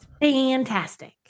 Fantastic